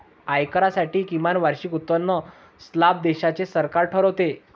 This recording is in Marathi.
आयकरासाठी किमान वार्षिक उत्पन्न स्लॅब देशाचे सरकार ठरवते